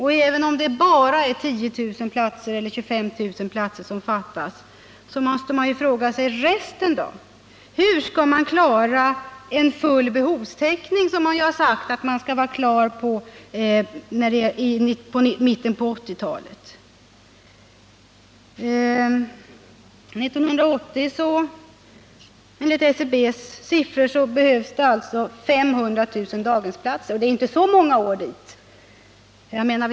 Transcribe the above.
Även om det skulle vara bara 10 000 eller 25 000 som fattas i det sammanhanget, måste man fråga sig hur det resterande behovet skall täckas. Hur skall en full behovstäckning kunna klaras? Det har ju uttalats att en sådan skall vara genomförd i mitten på 1980-talet. År 1980 behövs det enligt SCB:s beräkningar 500 000 daghemsplatser, och det är inte så många år kvar till dess.